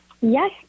Yes